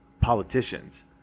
politicians